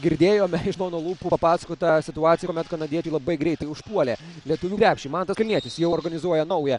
girdėjome iš mano lūpų papasakotą situaciją kuomet kanadiečiai labai greitai užpuolė lietuvių krepšį mantas kalnietis jau organizuoja naują